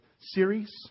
series